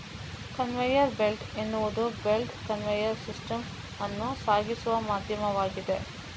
conveyor belt ಎನ್ನುವುದು belt conveyor system ಅನ್ನು ಸಾಗಿಸುವ ಮಾಧ್ಯಮವಾಗಿದೆ